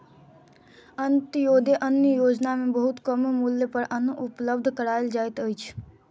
अन्त्योदय अन्न योजना में बहुत कम मूल्य पर अन्न उपलब्ध कराओल जाइत अछि